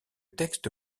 texte